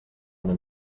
una